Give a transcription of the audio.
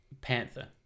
Panther